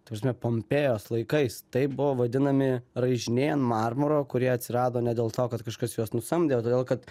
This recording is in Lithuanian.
ta prasme pompėjos laikais taip buvo vadinami raižiniai an marmuro kurie atsirado ne dėl to kad kažkas juos nusamdė o todėl kad